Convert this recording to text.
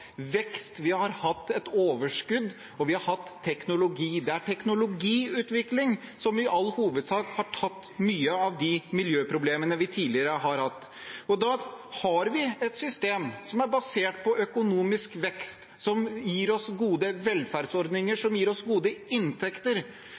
vekst, overskudd og teknologi. Det er teknologiutvikling som i all hovedsak har tatt mye av de miljøproblemene vi tidligere har hatt. Vi har et system som er basert på økonomisk vekst, som gir oss gode velferdsordninger